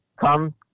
come